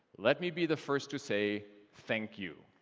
let me be the first to say thank you.